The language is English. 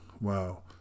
wow